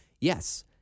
yes